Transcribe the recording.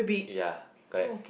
ya correct